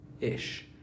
ish